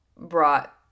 brought